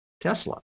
Tesla